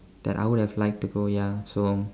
that I would have liked to go ya so